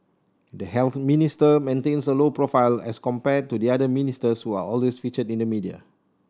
the Health Minister maintains a low profile as compared to the other ministers who are always featured in the media